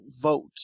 vote